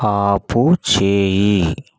ఆపుచేయి